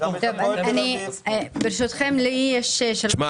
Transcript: לי יש שלוש